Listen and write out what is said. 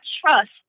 trust